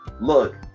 look